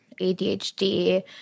ADHD